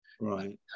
Right